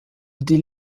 die